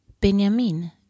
Benjamin